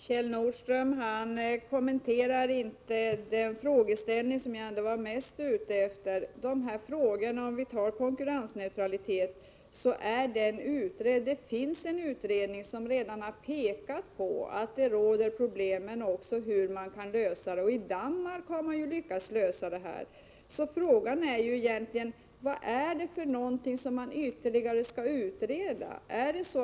Herr talman! Kjell Nordström kommenterade inte den fråga som jag mest var ute efter att få svar på. Frågan om konkurrensneutralitet är utredd — det finns en utredning som redan har visat på att det finns problem men som också har visat på en möjlig lösning. I Danmark har man ju lyckats lösa problemet, så frågan är egentligen: Vad är det ytterligare som skall utredas?